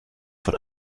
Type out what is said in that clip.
von